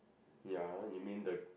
ya you mean the